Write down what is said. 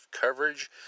coverage